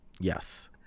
yes